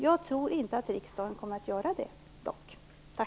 Jag tror dock inte att riksdagen kommer att göra det. Tack!